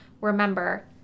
Remember